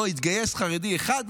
לא יתגייס חרדי אחד,